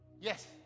Yes